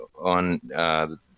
On